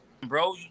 bro